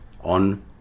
on